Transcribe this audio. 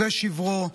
זה שברו,